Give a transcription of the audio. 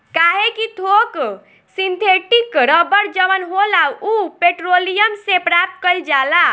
काहे कि थोक सिंथेटिक रबड़ जवन होला उ पेट्रोलियम से प्राप्त कईल जाला